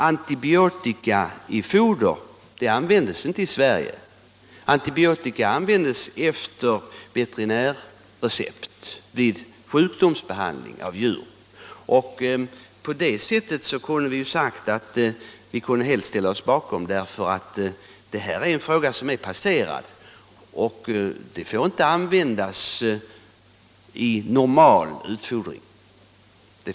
Antibiotika i foder används inte i Sverige. Antibiotika används efter veterinärrecept vid sjukdomsbehandling av djur. Detta är en fråga som är passerad; antibiotika får inte användas i normal utfodring.